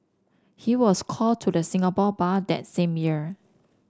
he was called to the Singapore Bar that same year